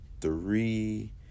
three